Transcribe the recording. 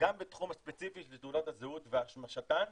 בתחום הספציפי של תעודות הזהות והשמשתן,